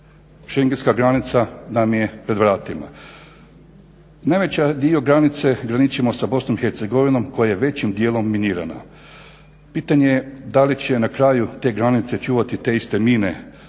Schengenska granica nam je pred vratima. Najveći dio granice graničimo sa Bosnom i Hercegovinom koja je većim dijelom minirana. Pitanje je da li će na kraju te granice čuvati te iste mine